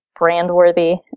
Brandworthy